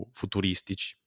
futuristici